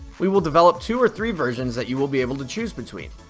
we will develop two or three versions that you will be able to choose between.